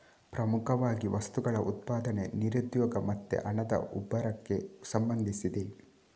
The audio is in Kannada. ಪ್ರಮುಖವಾಗಿ ವಸ್ತುಗಳ ಉತ್ಪಾದನೆ, ನಿರುದ್ಯೋಗ ಮತ್ತೆ ಹಣದ ಉಬ್ಬರಕ್ಕೆ ಸಂಬಂಧಿಸಿದೆ